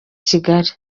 kigali